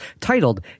titled